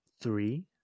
three